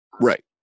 Right